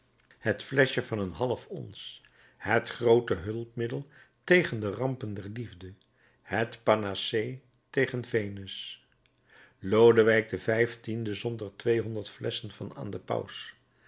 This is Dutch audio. het fleschje van een half ons het groote hulpmiddel tegen de rampen der liefde het panacee tegen venus lodewijk xv zond er tweehonderd flesschen van aan den paus